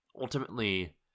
ultimately